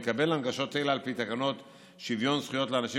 מקבל הנגשות אלה על פי תקנות שוויון זכויות לאנשים